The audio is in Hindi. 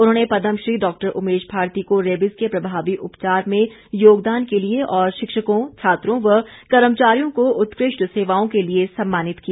उन्होंने पदमश्री डॉक्टर उमेश भारती को रेबीज के प्रभावी उपचार में योगदान के लिए और शिक्षकों छात्रों व कर्मचारियों को उत्कृष्ट सेवाओं के लिए सम्मानित किया